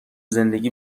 زندگی